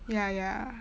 ya ya